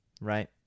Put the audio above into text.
right